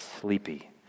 sleepy